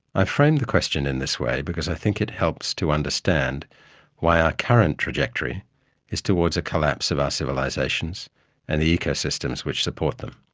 i've framed the question in this way because i think it helps to understand why our current trajectory is towards a collapse of our civilisations and the ecosystems, which support them.